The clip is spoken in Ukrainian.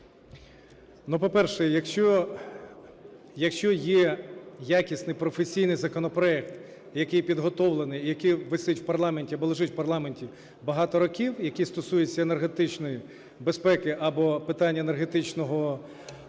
по-перше, якщо є якісний професійний законопроект, який підготовлений, який висить в парламенті або лежить в парламенті багато років, який стосується енергетичної безпеки або питань енергетичного блоку,